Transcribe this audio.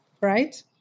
Right